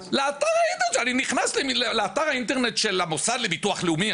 אני נכנס לאתר האינטרנט של המוסד לביטוח לאומי,